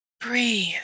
breathe